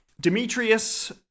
Demetrius